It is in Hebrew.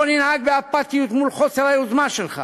לא ננהג באפתיות מול חוסר היוזמה שלך.